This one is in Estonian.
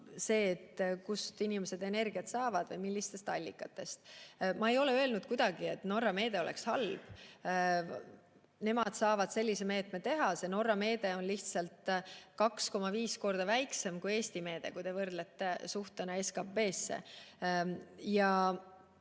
see, kust inimesed energiat saavad või millistest allikatest. Ma ei ole öelnud kuidagi, et Norra meede oleks halb. Nemad saavad sellise meetme teha. Norra meede on lihtsalt 2,5 korda väiksem kui Eesti meede, kui te võrdlete seda suhtega SKT-sse. Mis